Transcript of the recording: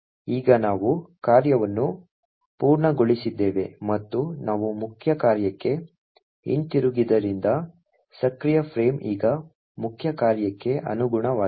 ಈಗ ನಾವು ಕಾರ್ಯವನ್ನು ಪೂರ್ಣಗೊಳಿಸಿದ್ದೇವೆ ಮತ್ತು ನಾವು ಮುಖ್ಯ ಕಾರ್ಯಕ್ಕೆ ಹಿಂತಿರುಗಿದ್ದರಿಂದ ಸಕ್ರಿಯ ಫ್ರೇಮ್ ಈಗ ಮುಖ್ಯ ಕಾರ್ಯಕ್ಕೆ ಅನುಗುಣವಾಗಿದೆ